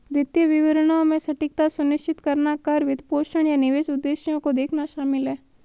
वित्तीय विवरणों में सटीकता सुनिश्चित करना कर, वित्तपोषण, या निवेश उद्देश्यों को देखना शामिल हैं